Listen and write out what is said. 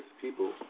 people